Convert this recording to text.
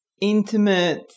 intimate